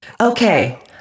Okay